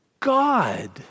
God